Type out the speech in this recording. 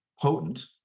potent